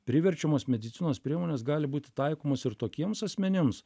priverčiamos medicinos priemonės gali būti taikomos ir tokiems asmenims